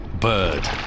bird